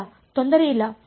ಇಲ್ಲ ತೊಂದರೆ ಇಲ್ಲ